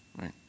right